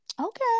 Okay